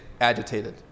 agitated